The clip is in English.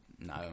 No